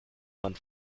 man